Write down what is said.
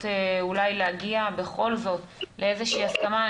אולי להגיע בכל זאת לאיזה שהיא הסכמה.